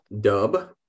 Dub